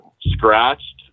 scratched